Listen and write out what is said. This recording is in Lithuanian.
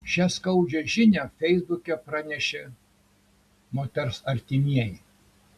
šią skaudžią žinią feisbuke pranešė moters artimieji